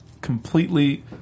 completely